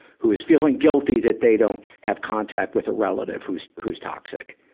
who is feeling guilty that they don't have contact with a relative who's, who's toxic,